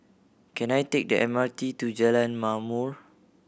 can I take the M R T to Jalan Ma'mor